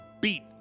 beat